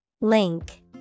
Link